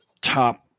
top